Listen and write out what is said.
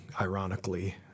ironically